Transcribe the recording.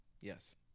Yes